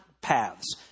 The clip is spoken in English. paths